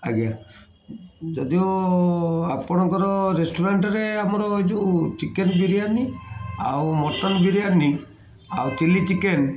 ଆଜ୍ଞା ଯଦିଓ ଆପଣଙ୍କର ରେଷ୍ଟୁରାଣ୍ଟରେ ଆମର ଏ ଯେଉଁ ଚିକେନ୍ ବିରିୟାନି ଆଉ ମଟନ୍ ବିରିୟାନୀ ଆଉ ଚିଲ୍ଲି ଚିକେନ୍